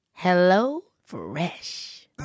HelloFresh